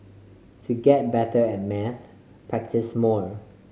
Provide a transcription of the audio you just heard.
to get better at maths practise more